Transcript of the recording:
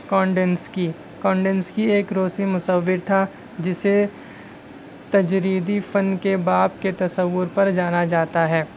Kandinsky Kandinsky ایک روسی مصور تھا جسے تجریدی فن کے باب کے تصور پر جانا جاتا ہے